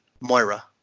Moira